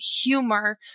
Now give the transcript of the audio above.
humor